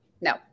No